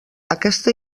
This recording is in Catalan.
aquesta